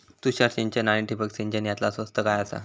तुषार सिंचन आनी ठिबक सिंचन यातला स्वस्त काय आसा?